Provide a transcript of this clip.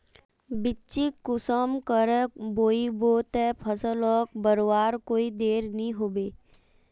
बिच्चिक कुंसम करे बोई बो ते फसल लोक बढ़वार कोई देर नी होबे?